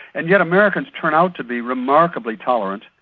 and yet americans turn out to be remarkably tolerant,